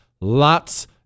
Lots